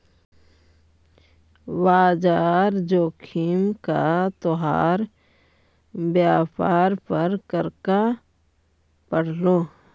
बाजार जोखिम का तोहार व्यापार पर क्रका पड़लो